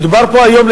מדובר פה היום,